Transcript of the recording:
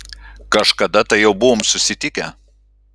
kažkada tai jau buvom susitikę